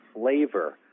flavor